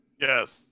Yes